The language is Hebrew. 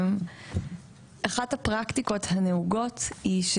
אחת הפרקטיקות הנהוגות היא,